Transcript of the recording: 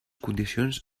condicions